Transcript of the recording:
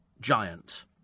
giant